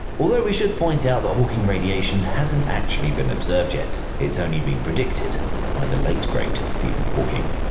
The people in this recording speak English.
although we should point out that hawking radiation hasn't actually been observed yet, it's only been predicted by the late great stephen hawking.